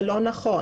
אבל זה לא נכון.